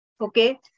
Okay